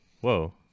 whoa